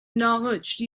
knowledge